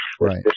Right